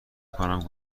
کنم